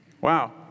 Wow